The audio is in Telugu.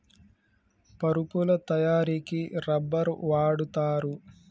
పరుపుల తయారికి రబ్బర్ వాడుతారు